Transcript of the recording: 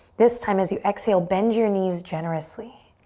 this time, as you exhale, bend your knees generously.